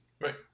Right